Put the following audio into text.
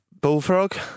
Bullfrog